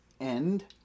end